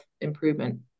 improvement